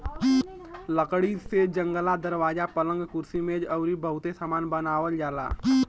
लकड़ी से जंगला, दरवाजा, पलंग, कुर्सी मेज अउरी बहुते सामान बनावल जाला